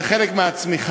זה חלק מהצמיחה,